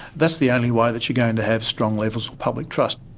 that's the only way that you're going to have strong levels of public trust.